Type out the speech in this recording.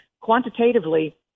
quantitatively